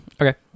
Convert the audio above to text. Okay